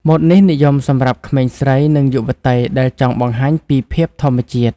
ម៉ូតនេះនិយមសម្រាប់ក្មេងស្រី និងយុវតីដែលចង់បង្ហាញពីភាពធម្មជាតិ។